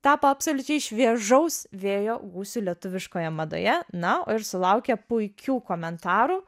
tapo absoliučiai šviežaus vėjo gūsiu lietuviškoje madoje na o ir sulaukė puikių komentarų